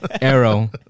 Arrow